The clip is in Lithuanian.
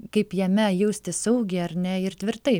kaip jame jaustis saugiai ar ne ir tvirtai